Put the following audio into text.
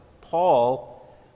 Paul